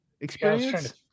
experience